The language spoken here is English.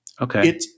okay